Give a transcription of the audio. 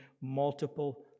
multiple